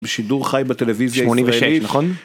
בשידור חי בטלוויזיה הישראלית... 86, נכון?